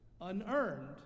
unearned